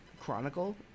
chronicle